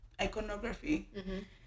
iconography